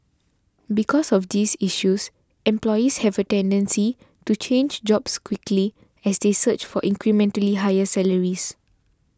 because of these issues employees have a tendency to change jobs quickly as they search for incrementally higher salaries